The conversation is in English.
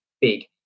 big